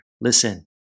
listen